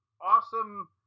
awesome